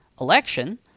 election